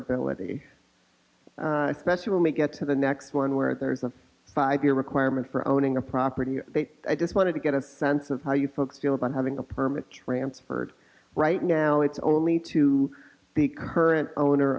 ability special make it to the next one where there's a five year requirement for owning a property i just wanted to get a sense of how you folks feel about having a permit transferred right now it's only to the current owner